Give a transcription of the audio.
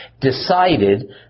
decided